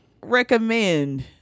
recommend